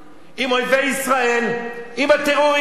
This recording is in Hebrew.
עם אויבי ישראל, עם הטרוריסטים,